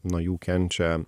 nuo jų kenčia